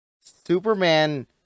Superman